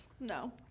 No